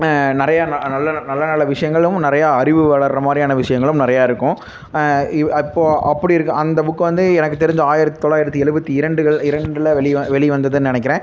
நிறையா நான் நல்ல ந நல்ல நல்ல விஷயங்களும் நிறையா அறிவு வளர்ற மாதிரியான விஷயங்களும் நிறையா இருக்கும் இவ் அப்போது அப்படி இருக்க அந்த புக்கு வந்து எனக்கு தெரிந்து ஆயிரத்தி தொள்ளாயிரத்தி எழுபத்தி இரண்டுகள் இரண்டில் வெளி வ வெளிவந்ததுன்னு நினைக்கிறேன்